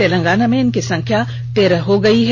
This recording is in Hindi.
तेलंगाना में इनकी संख्या तेरह हो गई है